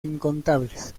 incontables